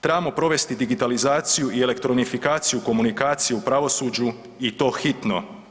Trebamo provesti digitalizaciju i elektronifikaciju komunikacija u pravosuđu i to hitno.